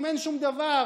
אם אין שום דבר,